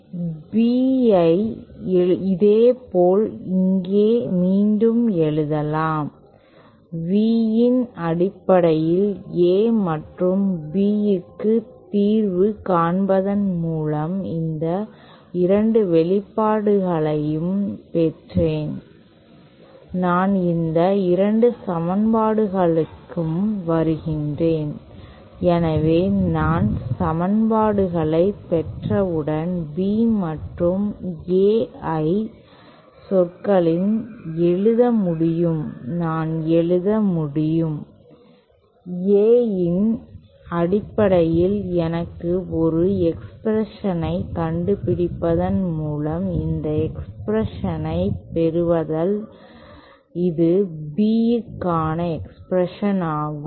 B ஐ இதேபோல் இங்கே மீண்டும் எழுதலாம் V இன் அடிப்படையில் A மற்றும் B க்கு தீர்வு காண்பதன் மூலம் இந்த 2 வெளிப்பாடுகளையும் பெற்றேன் நான் இந்த 2 சமன்பாடுகளுக்கும் வருகிறேன் எனவே நான் சமன்பாடுகளைப் பெற்றவுடன் B மற்றும் AI சொற்களில் எழுத முடியும் நான் எழுத முடியும் A இன் அடிப்படையில் எனக்கு ஒரு எக்ஸ்பிரஷனைக் கண்டுபிடிப்பதன் மூலம் இந்த எக்ஸ்பிரஷனைப் பெறுவதால் இது B க்கான எக்ஸ்பிரஷன் ஆகும்